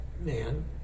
man